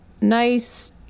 nice